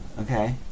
okay